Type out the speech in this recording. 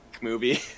movie